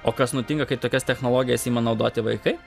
o kas nutinka kai tokias technologijas ima naudoti vaikai